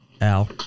Al